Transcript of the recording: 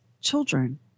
children